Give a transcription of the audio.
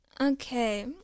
Okay